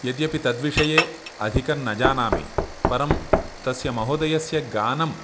यद्यपि तद्विषये अधिकन्न जानामि परं तस्य महोदयस्य गानं